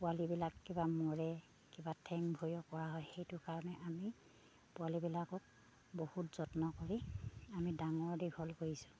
পোৱালিবিলাক কিবা মৰে কিবা ঠেং ভৰিও কৰা হয় সেইটো কাৰণে আমি পোৱালিবিলাকক বহুত যত্ন কৰি আমি ডাঙৰ দীঘল কৰিছোঁ